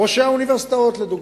ראשי האוניברסיטאות לדוגמה.